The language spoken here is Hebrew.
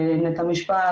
בית המשפט,